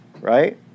right